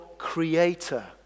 creator